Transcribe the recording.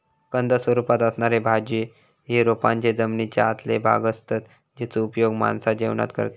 कंद स्वरूपात असणारे भाज्ये हे रोपांचे जमनीच्या आतले भाग असतत जेचो उपयोग माणसा जेवणात करतत